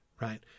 right